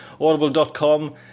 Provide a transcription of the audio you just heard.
Audible.com